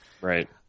right